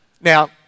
Now